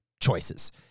choices